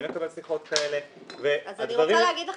אני מקבל שיחות כאלה -- אז אני רוצה להגיד לך